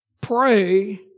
Pray